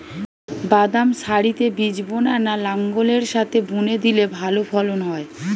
বাদাম সারিতে বীজ বোনা না লাঙ্গলের সাথে বুনে দিলে ভালো ফলন হয়?